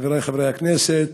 חברי חברי הכנסת,